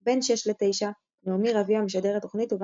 – בין 600–900 נעמי רביע משדרת תוכנית ובה